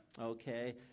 Okay